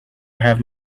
have